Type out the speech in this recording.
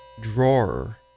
Drawer